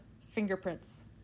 fingerprints